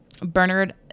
Bernard